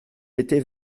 était